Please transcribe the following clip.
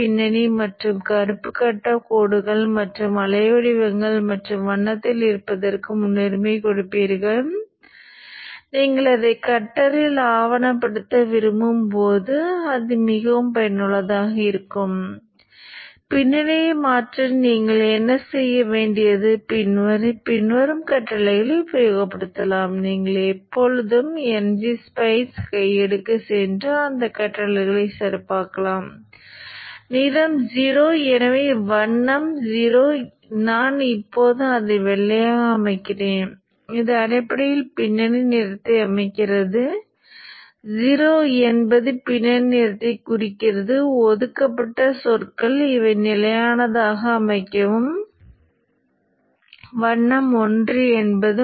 முதன்மையில் காந்தமாக்கும் மின்னோட்டத்தை இப்படிப் பார்த்தோம் அது ஒரு நேரியல் பகுதி அதிவேக சிதைவு நேரியல் பகுதி அதிவேக சிதைவு மற்றும் பலவற்றை கொண்டிருந்தது